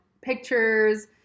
pictures